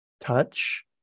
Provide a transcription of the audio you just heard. touch